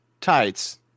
tights